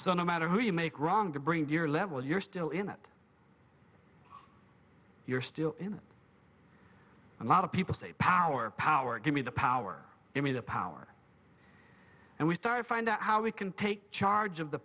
so no matter who you make wrong to bring to your level you're still in it you're still in a lot of people say power power give me the power in me the power and we started find out how we can take charge of the